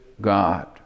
God